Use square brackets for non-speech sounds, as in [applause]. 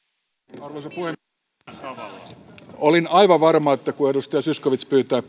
puhemies olin aivan varma että kun edustaja zyskowicz pyytää [unintelligible]